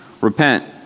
Repent